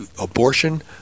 abortion